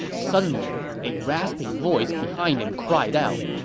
suddenly a rasping voice behind him cried out,